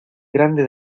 grande